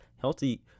healthy